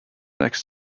next